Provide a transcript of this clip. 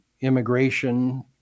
immigration